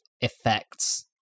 effects